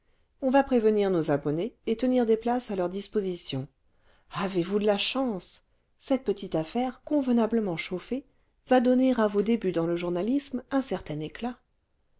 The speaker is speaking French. on va prévenir nos abonnés et tenir des places à leur disposition avez-vous de la chance cette petite affaire convenablement chauffée va donner à vos débuts dans le journalisme un certain éclat